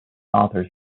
authors